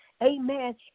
amen